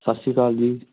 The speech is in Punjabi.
ਸਤਿ ਸ਼੍ਰੀ ਅਕਾਲ ਜੀ